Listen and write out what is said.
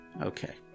Okay